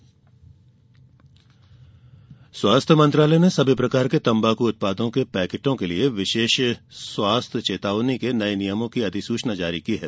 नए तंबाकू नियम स्वास्थ्य मंत्रालय ने सभी प्रकार के तम्बाकू उत्पादों के पैकेटों के लिए विशिष्ट स्वास्थ्य चेतावनी के नए नियमों की अधिसूचना जारी की है